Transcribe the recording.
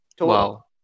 Wow